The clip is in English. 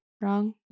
wrong